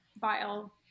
vile